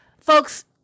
Folks